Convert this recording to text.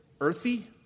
earthy